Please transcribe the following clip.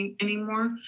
anymore